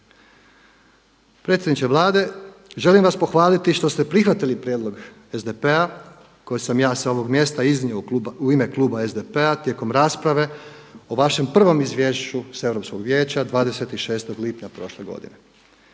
Predsjedniče Vlade, želim vas pohvaliti što ste prihvatili prijedlog SDP-a koje sam ja sa ovog mjesta iznio u ime kluba SDP-a tijekom rasprave o vašem prvom izvješću s Europskog vijeća 26. lipnja prošle godine.